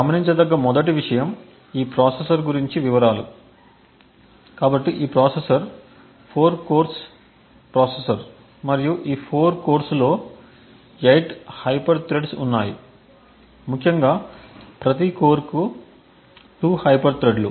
గమనించదగ్గ మొదటి విషయం ఈ ప్రాసెసర్ గురించి వివరాలు కాబట్టి ఈ ప్రాసెసర్ 4 కోర్స్ ప్రాసెసర్ మరియు ఈ 4 కోర్స్ లో 8 హైపర్ థ్రెడ్స్ ఉన్నాయి ముఖ్యంగా ప్రతి కోర్ కు 2 హైపర్ థ్రెడ్లు